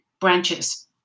branches